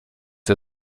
der